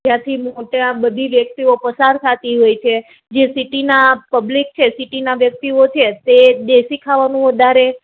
જ્યાંથી મોટા બધી વ્યક્તિઓ પસાર થાતી હોય છે જે સીટીના પબ્લિક છે સીટીના વ્યક્તિઓ છે તે દેસી ખાવાનું વધારે